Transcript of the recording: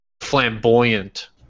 flamboyant